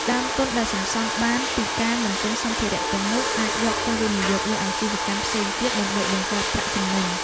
ដើមទុនដែលសន្សំបានពីការមិនទិញសម្ភារទាំងនោះអាចយកទៅវិនិយោគលើអាជីវកម្មផ្សេងទៀតដើម្បីបង្កើតប្រាក់ចំណេញ។